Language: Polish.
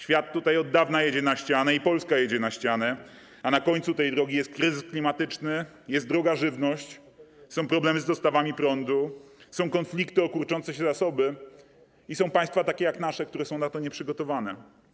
Świat tutaj od dawna jedzie na ścianę i Polska jedzie na ścianę, a na końcu tej drogi jest kryzys klimatyczny, jest droga żywność, są problemy z dostawami prądu, są konflikty o kurczące się zasoby i są państwa takie jak nasze, które są na to nieprzygotowane.